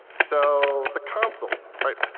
so the console, right?